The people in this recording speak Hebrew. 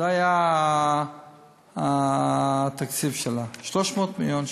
300 מיליון שקלים.